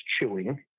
chewing